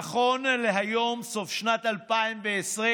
נכון להיום, סוף שנת 2020,